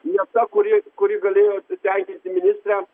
ne ta kuri kuri galėjo tenkinti ministrę